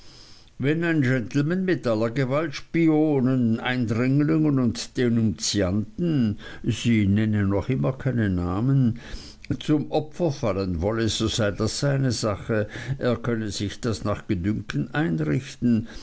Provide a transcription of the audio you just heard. wenn ein gentleman mit aller gewalt spionen eindringlingen und denunzianten sie nenne noch immer keine namen zum opfer fallen wolle so sei das seine sache er könne sich das nach gutdünken einrichten